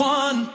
one